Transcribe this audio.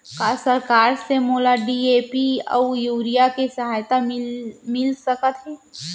का सरकार से मोला डी.ए.पी अऊ यूरिया के सहायता मिलिस सकत हे?